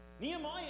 Nehemiah